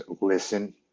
listen